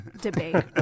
debate